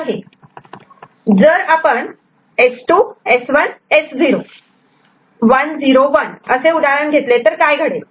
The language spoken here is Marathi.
जर आपण S2 S1 S0 1 0 1 असे उदाहरण घेतले तर काय घडेल